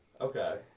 Okay